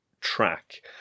track